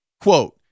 Quote